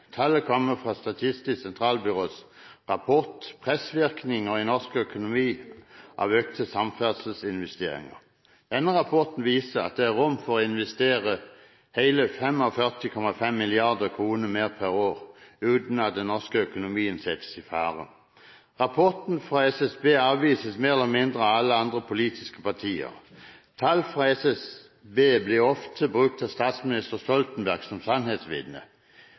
Tallet kommer fra Statistisk sentralbyrås rapport Pressvirkninger i norsk økonomi av økte samferdselsinvesteringer. Denne rapporten viser at det er rom for å investere hele 45,5 mrd. kr mer per år uten at den norske økonomien settes i fare. Rapporten fra SSB avvises mer eller mindre av alle andre politiske partier. Tall fra SSB blir ofte brukt av statsminister Stoltenberg som